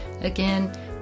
Again